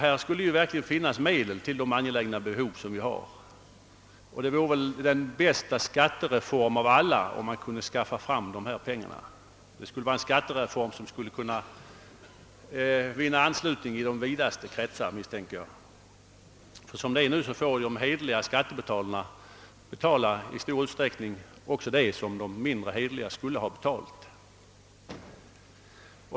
Här skulle det verkligen finnas medel för många angelägna behov, om man kunde skaffa fram dessa pengar. Det skulle vara den allra bästa skattereformen och jag misstänker att den skulle vinna uppskattning i de vidaste kretsar. Som det nu är får de hederliga skattebetalarna i stor utsträckning också betala vad de mindre hederliga skulle ha betalat.